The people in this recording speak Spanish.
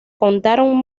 contaron